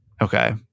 Okay